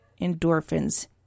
endorphins